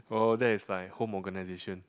oh that is like home organization